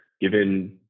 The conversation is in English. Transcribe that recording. given